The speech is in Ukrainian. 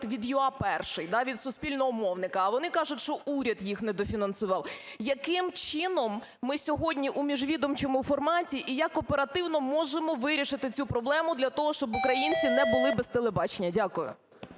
від "UA: Перший", від суспільного мовника, але вони кажуть, що уряд їхнедофінансував. Яким чином ми сьогодні у міжвідомчому форматі і як оперативно можемо вирішити цю проблему для того, щоб українці не були без телебачення? Дякую.